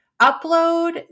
Upload